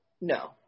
No